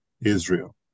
Israel